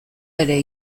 ere